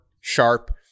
sharp